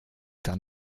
dann